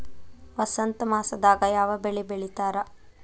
ವಸಂತ ಮಾಸದಾಗ್ ಯಾವ ಬೆಳಿ ಬೆಳಿತಾರ?